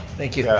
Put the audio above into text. thank you.